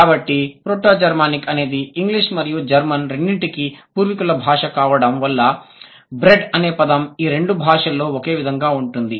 కాబట్టి proto Germanic అనేది English మరియు జర్మన్ రెండింటికి పూర్వీకుల భాష కావడం వల్ల బ్రెడ్ అనే పదం ఈ రెండు భాషల్లో ఒకే విధంగా ఉంటుంది